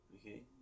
Okay